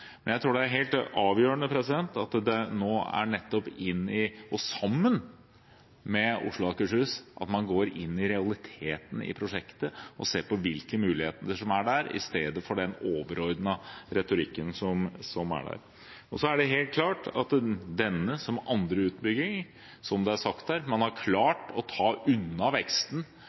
Men jeg tror det er helt avgjørende at man nå – sammen med Oslo og Akershus – går inn i realitetene i prosjektet og ser på hvilke muligheter som er der, i stedet for denne overordnede retorikken. Så er det helt klart at denne utbyggingen, som andre utbygginger, har klart – som det er sagt